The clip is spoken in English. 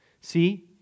See